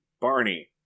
Barney